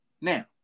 Now